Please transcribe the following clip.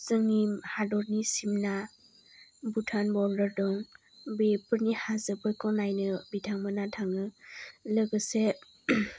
जोंनि हादरनि सिमना भुटान बरदार दं बेफोरनि हाजोफोरखौ नायनो बिथांमोनहा थाङो लोगोसे